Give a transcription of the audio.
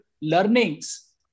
learnings